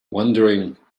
wondering